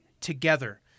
Together